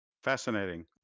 Fascinating